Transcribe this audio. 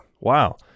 wow